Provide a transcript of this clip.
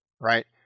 Right